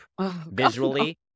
visually